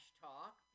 talk